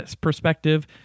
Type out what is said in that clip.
perspective